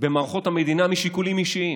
במערכות המדינה משיקולים אישיים.